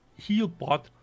healbot